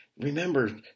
remember